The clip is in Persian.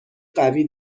قوی